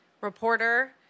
reporter